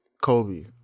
Kobe